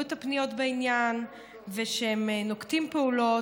את הפניות בעניין ושהם נוקטים פעולות,